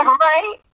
Right